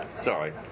Sorry